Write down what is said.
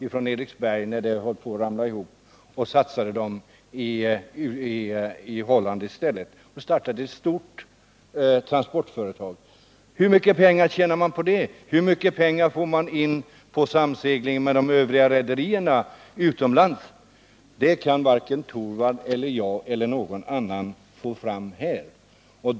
När Eriksberg höll på att ramla ihop, flyttade man över pengarna till Holland och startade ett stort transportföretag där. Hur mycket pengar tjänar man på detta företag? Hur mycket får man in på samseglingen med de andra rederierna utomlands? Det kan varken Rune Torwald eller jag eller någon annan få besked om här.